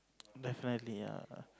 definitely ah